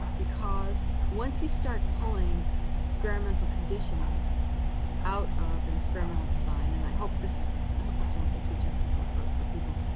because once you start pulling experimental conditions out of an experimental design and i hope this hope this won't get too technical for for people.